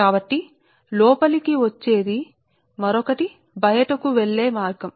కాబట్టి ఒకటి లోపలకు మరొకటి బయటకు వెళ్ళుచున్న మార్గం